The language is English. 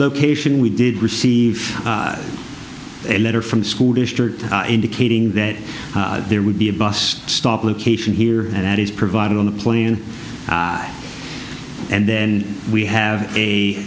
location we did receive a letter from the school district indicating that there would be a bus stop location here and that is provided on the plan and then we have a